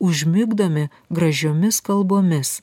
užmigdomi gražiomis kalbomis